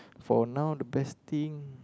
for now the best thing